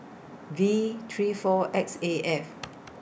V three four X A F